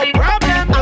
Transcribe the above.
problem